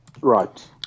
Right